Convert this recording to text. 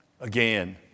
Again